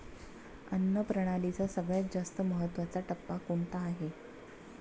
अन्न प्रणालीचा सगळ्यात जास्त महत्वाचा टप्पा कोणता आहे?